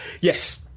yes